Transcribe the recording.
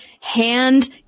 hand